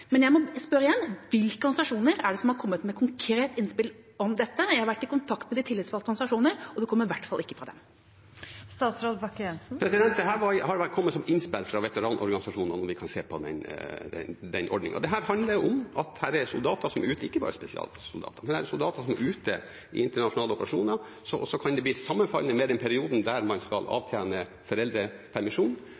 Jeg må spørre igjen: Hvilke organisasjoner har kommet med et konkret innspill om dette? Jeg har vært i kontakt med de tillitsvalgte i organisasjonene, og det kommer i hvert fall ikke fra dem. Det har kommet innspill fra veteranorganisasjonene om vi kunne se på denne ordningen. Dette handler om soldater som er ute – ikke bare spesialsoldater – i internasjonale operasjoner, og så kan det bli sammenfall i tid med den perioden man skal